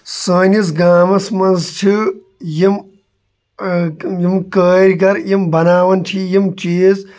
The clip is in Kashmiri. سٲنِس گامَس منٛز چھِ یِم یِم کٲرۍگر یِم بَناون چھِ یِم چیٖز